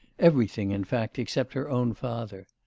everything in fact except her own father.